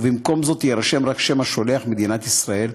ובמקום זאת יירשם רק שם השולח: מדינת ישראל.